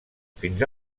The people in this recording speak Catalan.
fins